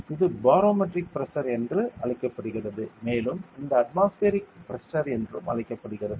இது barometric pressure என்று அழைக்கப்படுகிறது மேலும் இது அட்மாஸ்பரிக் பிரஷர் என்றும் அழைக்கப்படுகிறது